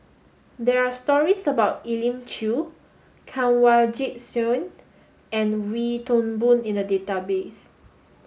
there are stories about Elim Chew Kanwaljit Soin and Wee Toon Boon in the database